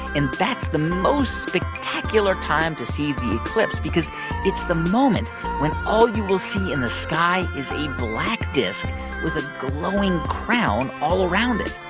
and that's the most spectacular time to see the eclipse because it's the moment when all you will see in the sky is a black disk with a glowing crown all around it